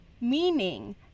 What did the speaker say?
Meaning